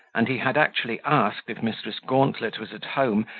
and he had actually asked if mrs. gauntlet was at home,